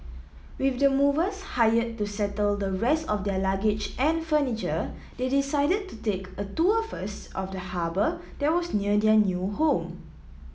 with the movers hired to settle the rest of their luggage and furniture they decided to take a tour first of the harbour that was near their new home